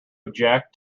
object